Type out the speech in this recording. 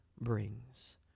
brings